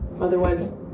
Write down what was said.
Otherwise